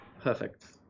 Perfect